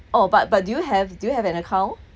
oh but but do you have do you have an account oh